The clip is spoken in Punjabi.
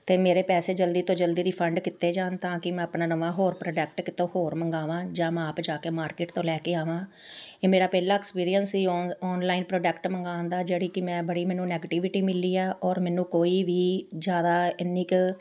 ਅਤੇ ਮੇਰੇ ਪੈਸੇ ਜਲਦੀ ਤੋਂ ਜਲਦੀ ਰਿਫੰਡ ਕੀਤੇ ਜਾਣ ਤਾਂ ਕਿ ਮੈਂ ਆਪਣਾ ਨਵਾਂ ਹੋਰ ਪ੍ਰੋਟੈਕਟ ਕਿਤੋਂ ਹੋਰ ਮੰਗਾਵਾਵਾਂ ਜਾਂ ਮੈਂ ਆਪ ਜਾ ਕੇ ਮਾਰਕੀਟ ਤੋਂ ਲੈ ਕੇ ਆਵਾਂ ਇਹ ਮੇਰਾ ਪਹਿਲਾ ਐਕਸਪੀਰੀਅੰਸ ਸੀ ਔ ਔਨਲਾਈਨ ਪ੍ਰੋਡਕਟ ਮੰਗਵਾਉਣ ਦਾ ਜਿਹੜੀ ਕਿ ਮੈਂ ਬੜੀ ਮੈਨੂੰ ਨੈਗਟਿਵਿਟੀ ਮਿਲੀ ਆ ਔਰ ਮੈਨੂੰ ਕੋਈ ਵੀ ਜ਼ਿਆਦਾ ਇੰਨੀ ਕੁ